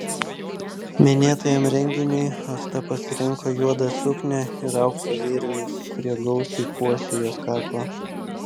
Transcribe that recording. minėtajam renginiui asta pasirinko juodą suknią ir aukso vėrinius kurie gausiai puošė jos kaklą